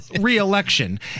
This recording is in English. re-election